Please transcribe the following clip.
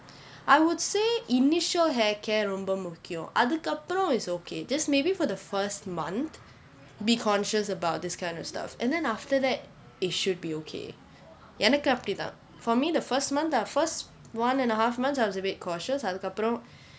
I would say initial hair care ரொம்ப முக்கியம் அதுக்கு அப்புறம்:romba mukkiyam athukku appuram is okay this maybe for the first month be conscious about this kind of stuff and then after that it should be okay எனக்கு அப்படித்தான்:enakku appadithaan for me the first month the first one and a half months I was a bit cautious அதுக்கு அப்புறம்:athukku appuram